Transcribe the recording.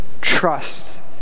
trust